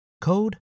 code